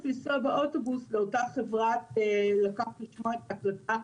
לנסוע באוטובוס לאותה חברה לשמוע את ההקלטה.